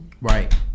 right